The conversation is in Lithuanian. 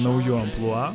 nauju amplua